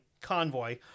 convoy